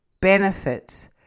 benefit